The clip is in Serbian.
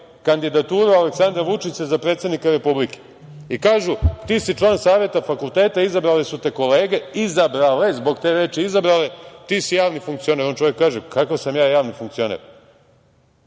kandidaturu Aleksandra Vučića za predsednika Republike i kažu - ti si član Saveta fakulteta, izabrale su te kolege, izabrale, zbog te reči izabrale, ti si javni funkcioner. On čovek kaže – kakav sam ja javni funkcioner?